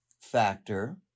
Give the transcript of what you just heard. factor